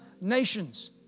nations